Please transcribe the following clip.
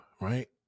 right